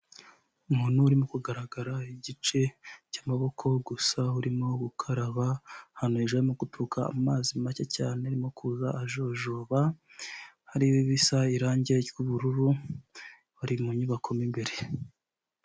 Umuntu urimo kugaragara igice cy'amaboko gusa urimo gukaraba ahantu hejuru harimo guturuka amazi make cyane arimo kuza ajojoba hari ibisa irangi ry'ubururu bari mu nyubako mu imbere.